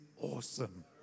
awesome